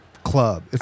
club